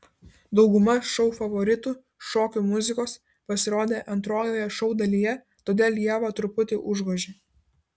dauguma šou favoritų šokių muzikos pasirodė antrojoje šou dalyje todėl ievą truputį užgožė